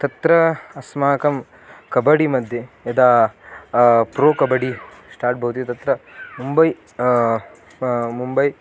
तत्र अस्माकं कबडि मध्ये यदा प्रो कबडि स्टार्ट् भवति तत्र मुम्बै मुम्बै